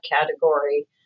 category